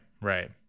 right